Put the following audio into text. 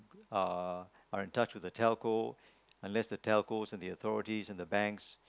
uh are in touch with the telco unless the telco and the authority and the banks